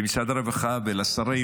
למשרד הרווחה ולשרים